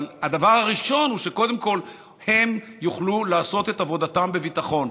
אבל הדבר הראשון הוא שקודם כול הם יוכלו לעשות את עבודתם בביטחון.